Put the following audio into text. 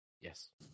Yes